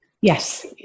Yes